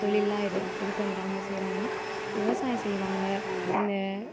தொழில்லாம் இரு இது பண்ணுறங்க செய்கிறாங்கன்னா விவசாயம் செய்வாங்க வந்து